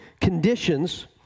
conditions